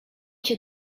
cię